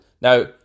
Now